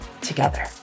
together